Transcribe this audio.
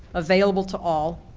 available to all,